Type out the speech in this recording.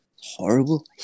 Horrible